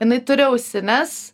jinai turi ausines